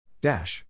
Dash